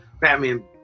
Batman